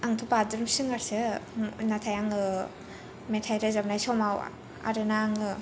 आंथ बाटरुम सिंगारसो नाथाय आङो मेथाइ रोजाबनाय समाव आरो ना आङो